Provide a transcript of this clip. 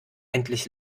endlich